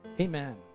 Amen